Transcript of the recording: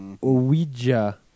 Ouija